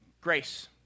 grace